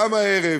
גם הערב